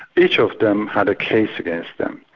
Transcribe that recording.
each of them had a case against them.